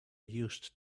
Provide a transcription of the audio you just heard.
used